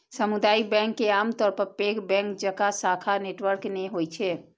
सामुदायिक बैंक के आमतौर पर पैघ बैंक जकां शाखा नेटवर्क नै होइ छै